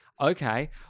Okay